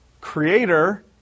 creator